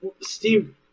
Steve